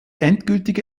endgültige